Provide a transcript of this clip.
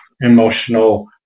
emotional